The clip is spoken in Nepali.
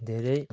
धेरै